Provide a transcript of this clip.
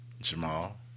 Jamal